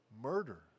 murder